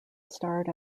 starred